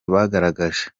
bagaragaje